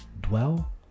dwell